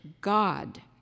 God